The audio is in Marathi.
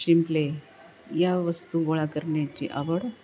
शिंपले या वस्तू गोळा करण्याची आवड